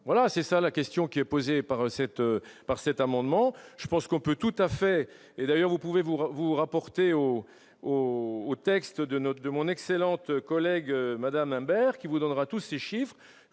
voilà, c'est ça la question qui est posée par cette par cet amendement, je pense qu'on peut tout à fait et d'ailleurs vous pouvez-vous vous rapporter au au au texte de notre de mon excellente collègue Madame Imbert qui vous donnera tous ces chiffres,